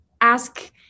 ask